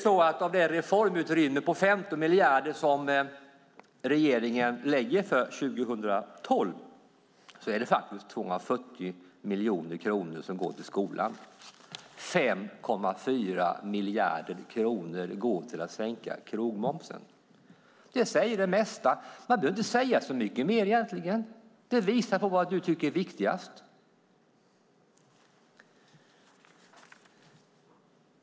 I det reformutrymme på 15 miljarder som regeringen har för 2012 går 240 miljoner kronor till skolan och 5,4 miljarder kronor till att sänka krogmomsen. Det säger mycket; man behöver inte säga mycket mer. Det visar vad Jan Björklund tycker är viktigast.